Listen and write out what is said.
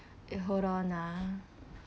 eh hold on ah